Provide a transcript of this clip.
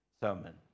sermon